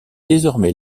désormais